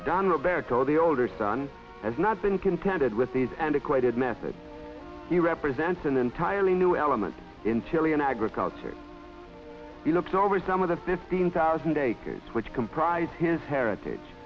but don roberto the older son has not been contented with these and equated methods he represents an entirely new element in chilean agriculture he looked over some of the fifteen thousand acres which comprise his heritage